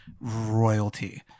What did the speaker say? royalty